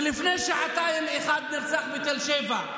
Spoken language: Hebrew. ולפני שעתיים אחד נרצח בתל שבע.